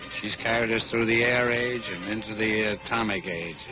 she's carried us through the air age, and into the atomic age.